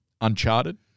Uncharted